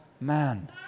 Man